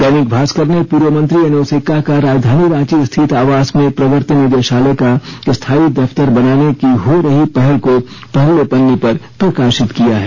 दैनिक भास्कर ने पूर्व मंत्री एनोस एक्का का राजधानी रांची स्थित आवास में प्रवर्तन निदेशालय का स्थायी दफ्तर बनाने की हो रही पहल को पहले पन्ने पर प्रकाशित किया है